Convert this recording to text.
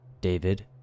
David